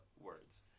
words